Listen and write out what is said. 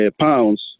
pounds